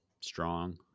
strong